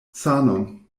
sanon